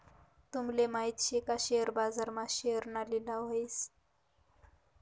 तूमले माहित शे का शेअर बाजार मा शेअरना लिलाव व्हस